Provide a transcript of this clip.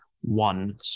one